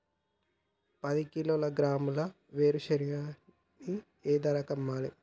పది కిలోగ్రాముల వేరుశనగని ఏ ధరకు అమ్మాలి?